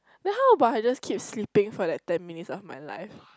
then how about I just keep sleeping for that ten minutes of my life